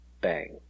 bang